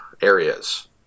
areas